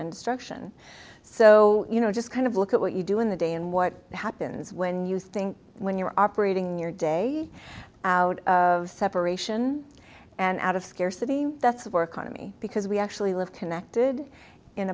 and struction so you know just kind of look at what you do in the day and what happens when you think when you're operating in your day out of separation and out of scarcity that's of our economy because we actually live connected in